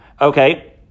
Okay